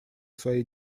своей